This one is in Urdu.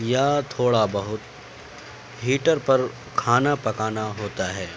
یا تھوڑا بہت ہیٹر پر کھانا پکانا ہوتا ہے